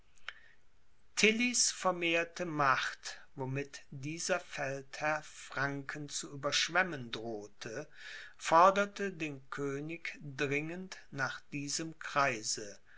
vermehrte macht womit dieser feldherr franken zu überschwemmen drohte forderte den könig dringend nach diesem kreise